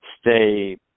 stay